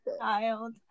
child